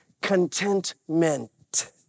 contentment